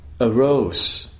arose